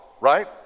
right